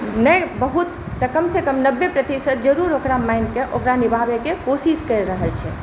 नहि बहुत तऽ कम से कम नब्बे प्रतिशत जरुर ओकरा मानिकें ओकरा निभावैके कोशिश करि रहल छै